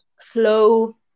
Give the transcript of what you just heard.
slow